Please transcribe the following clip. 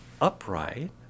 upright